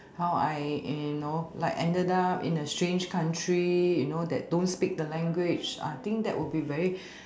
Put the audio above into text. how I you know like ended up in a strange country you know that don't speak the language I think that will be very